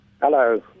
Hello